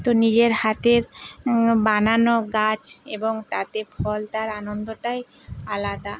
তো নিজের হাতের বানানো গাছ এবং তাতে ফল তার আনন্দটাই আলাদা